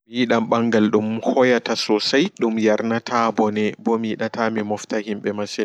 Mi yidam ɓangal dum hoyata sosai dum yarnata ɓone ɓo miyidata mimofta himɓe masin.